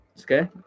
Okay